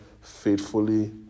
faithfully